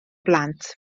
blant